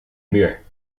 muur